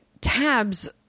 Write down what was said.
tabs